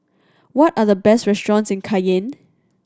what are the best restaurants in Cayenne